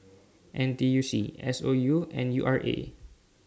N T U C S O U and U R A